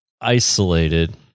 isolated